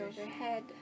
overhead